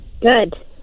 Good